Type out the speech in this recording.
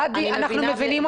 ראדי, אנחנו מבינים אותך.